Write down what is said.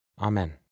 Amen